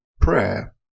prayer